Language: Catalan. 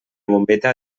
bombeta